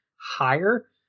higher